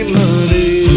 money